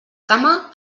cama